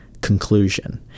conclusion